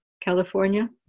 california